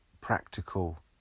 practical